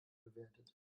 bewertet